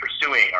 pursuing